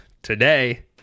Today